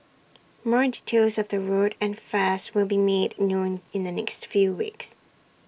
more details of the route and fares will be made known in the next few weeks